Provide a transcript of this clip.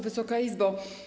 Wysoka Izbo!